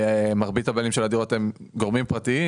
מרבית הבעלים של הדירות הם גורמים פרטיים,